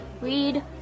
read